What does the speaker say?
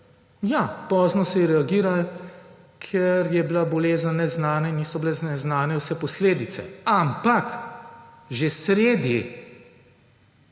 Ja, pozno se je reagirali, ker je bila bolezen neznana in niso bile znane vse posledice, ampak že sredi